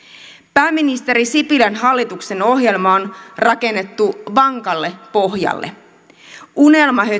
pääministeri sipilän hallituksen ohjelma on rakennettu vankalle pohjalle unelmahötön